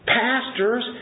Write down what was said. pastors